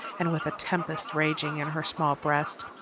and with a tempest raging in her small breast,